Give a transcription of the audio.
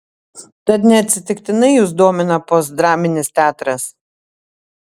tad neatsitiktinai jus domina postdraminis teatras